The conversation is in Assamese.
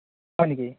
হয় নেকি